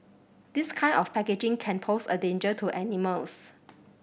this kind of packaging can pose a danger to animals